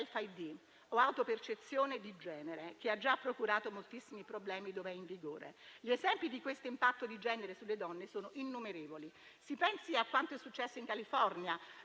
o autopercezione di genere, che ha già procurato moltissimi problemi dov'è in vigore. Gli esempi di questo impatto di genere sulle donne sono innumerevoli. Si pensi a quanto è successo in California